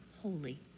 holy